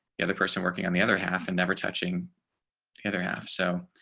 the other person working on the other half, and never touching the other half, so